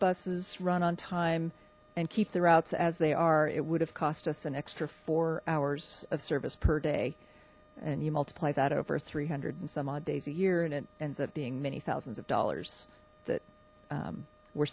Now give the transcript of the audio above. buses run on time and keep the routes as they are it would have cost us an extra four hours of service per day and you multiply that over three hundred and some odd days a year and it ends up being many thousands of dollars that we're